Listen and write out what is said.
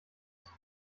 das